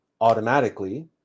automatically